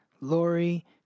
Lori